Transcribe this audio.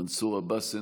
מנסור עבאס,